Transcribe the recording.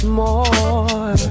more